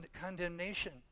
condemnation